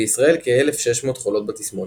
בישראל כ-1,600 חולות בתסמונת.